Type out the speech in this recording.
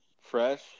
Fresh